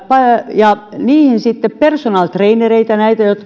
ja palkkaisi niihin sitten personal trainereita